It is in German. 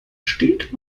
steht